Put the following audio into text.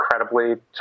incredibly